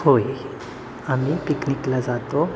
होय आम्ही पिकनिकला जातो